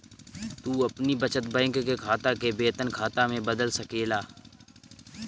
तू अपनी बचत बैंक के खाता के वेतन खाता में बदल सकेला